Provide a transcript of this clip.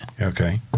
Okay